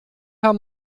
herr